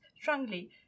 strongly